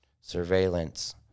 surveillance